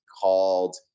called